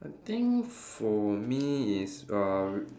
I think for me is uh